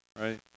right